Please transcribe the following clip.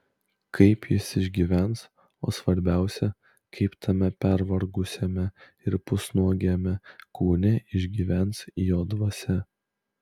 kaip jis išgyvens o svarbiausia kaip tame pervargusiame ir pusnuogiame kūne išgyvens jo dvasia